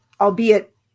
albeit